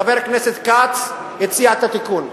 חבר הכנסת כץ הציע את התיקון,